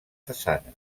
façana